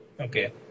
Okay